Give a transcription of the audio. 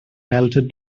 melted